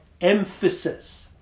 emphasis